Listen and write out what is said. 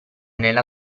nella